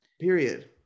Period